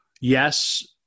yes